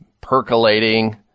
percolating